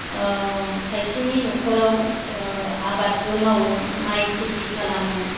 खायसेनि नखराव आबादबो मावो माय खेति खालामो